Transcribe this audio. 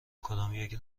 کدامیک